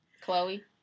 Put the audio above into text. chloe